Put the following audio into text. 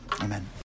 Amen